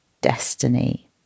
destiny